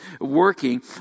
working